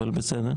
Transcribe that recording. אבל בסדר.